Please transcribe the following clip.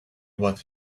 what